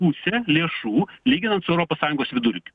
pusė lėšų lyginant su europos sąjungos vidurkiu